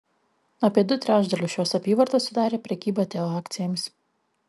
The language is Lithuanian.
apie du trečdalius šios apyvartos sudarė prekyba teo akcijomis